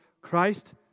Christ